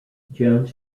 jones